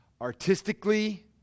artistically